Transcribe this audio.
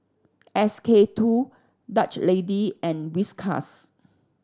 S K Two Dutch Lady and Whiskas